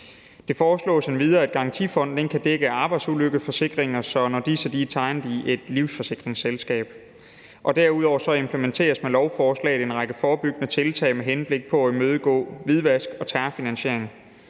Det foreslås endvidere, at garantifonden kan dække arbejdsulykkesforsikringer, når disse er tegnet i et livsforsikringsselskaber. Derudover implementeres med lovforslaget en række forebyggende tiltag med henblik på at imødegå hvidvask og terrorfinansiering.